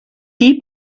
die